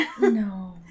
no